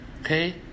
Okay